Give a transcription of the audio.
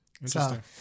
interesting